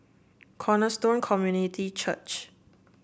Cornerstone Community Church